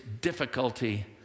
difficulty